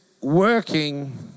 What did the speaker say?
working